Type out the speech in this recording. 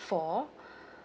fourth